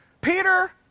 Peter